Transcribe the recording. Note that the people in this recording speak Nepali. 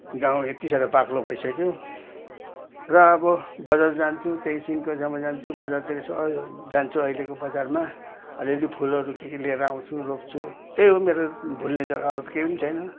गाउँ यति साह्रो बाक्लो भइसक्यो र अब बजार जान्छु त्यही सिंहकोसम्म जान्छु बजारतिर यसो जान्छु अहिलेको बजारमा अलिअलि फुलहरू के के लिएर आउँछु रोप्छु त्यही हो मेरो भुल्ने जग्गा अरू त केही पनि छैन